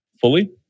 fully